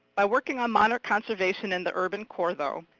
by working on monarch conservation in the urban core, though,